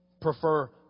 prefer